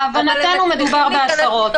להבנתנו מדובר בעשרות.